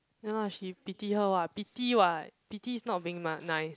ya lah she pity her [what] pity [what] pity is not being ma~ nice